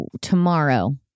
tomorrow